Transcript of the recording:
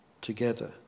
together